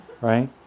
right